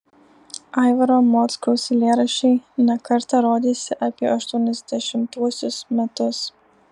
aivaro mockaus eilėraščiai ne kartą rodėsi apie aštuoniasdešimtuosius metus